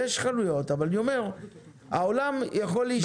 יש חנויות, אבל אני אומר שהעולם יכול להשתנות.